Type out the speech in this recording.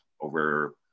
over